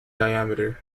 diameter